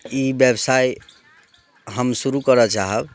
ई व्यवसाय हम शुरू करय चाहब